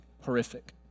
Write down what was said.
horrific